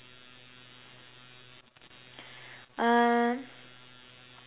uh